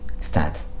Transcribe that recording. start